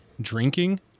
drinking